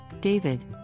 David